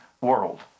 world